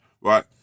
right